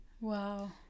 Wow